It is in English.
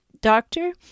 Doctor